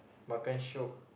makan shiok